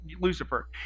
Lucifer